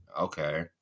Okay